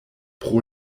pro